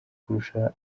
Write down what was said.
kurusha